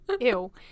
ew